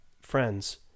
friends